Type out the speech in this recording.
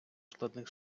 складних